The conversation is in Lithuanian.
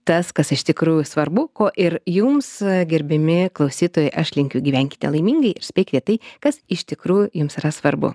tas kas iš tikrųjų svarbu ko ir jums gerbiami klausytojai aš linkiu gyvenkite laimingai spėkite tai kas iš tikrųjų jums yra svarbu